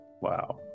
Wow